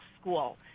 school